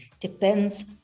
depends